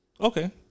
Okay